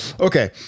Okay